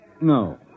no